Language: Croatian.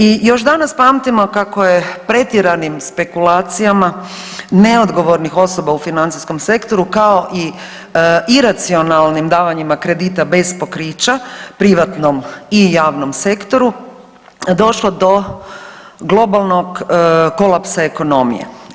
I još danas pamtimo kako je pretjeranim spekulacijama neodgovornih osoba u financijskog sektoru kao i iracionalnim davanjima kredita bez pokrića privatnom i javnom sektoru, došlo do globalnog kolapsa ekonomije.